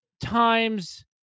Times